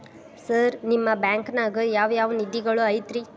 Sir ನಿಮ್ಮ ಬ್ಯಾಂಕನಾಗ ಯಾವ್ ಯಾವ ನಿಧಿಗಳು ಐತ್ರಿ?